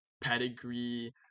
pedigree